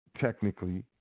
Technically